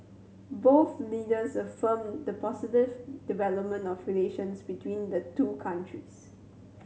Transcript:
both leaders affirmed the positive development of relations between the two countries